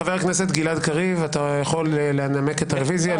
חבר הכנסת גלעד קריב, אתה יכול לנמק את הרוויזיה.